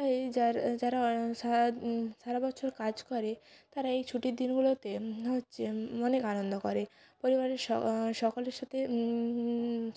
তাই যার যারা সারা সারা বছর কাজ করে তারা এই ছুটির দিনগুলোতে হচ্ছে অনেক আনন্দ করে পরিবারের স সকলের সাথে